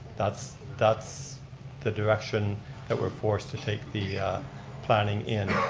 that's that's the direction that we're forced to take the planning in.